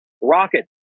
rocket